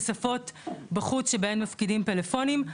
כספות בחוץ שבהן מפקידים טלפונים.